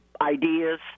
ideas